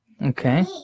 Okay